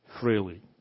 freely